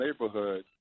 neighborhood